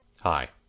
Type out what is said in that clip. Hi